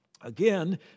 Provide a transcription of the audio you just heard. Again